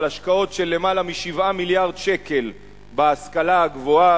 אבל השקעות של יותר מ-7 מיליארד שקל בהשכלה הגבוהה